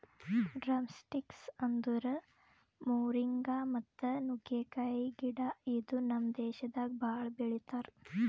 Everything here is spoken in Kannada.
ಡ್ರಮ್ಸ್ಟಿಕ್ಸ್ ಅಂದುರ್ ಮೋರಿಂಗಾ ಮತ್ತ ನುಗ್ಗೆಕಾಯಿ ಗಿಡ ಇದು ನಮ್ ದೇಶದಾಗ್ ಭಾಳ ಬೆಳಿತಾರ್